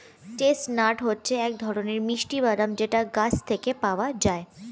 chestnut হচ্ছে এক ধরনের মিষ্টি বাদাম যেটা গাছ থেকে পাওয়া যায়